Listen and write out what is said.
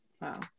Wow